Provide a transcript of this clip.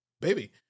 baby